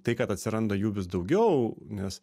tai kad atsiranda jų vis daugiau nes